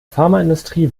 pharmaindustrie